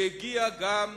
והגיע גם